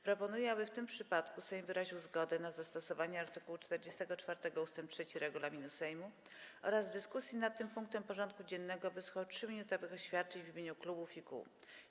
Proponuję, aby w tym przypadku Sejm wyraził zgodę na zastosowanie art. 44 ust. 3 regulaminu Sejmu oraz w dyskusji nad tym punktem porządku dziennego wysłuchał 3-minutowych oświadczeń w imieniu klubów i kół.